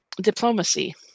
diplomacy